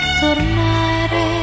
tornare